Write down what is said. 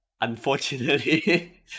unfortunately